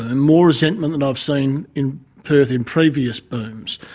and more resentment than i've seen in perth in previous booms.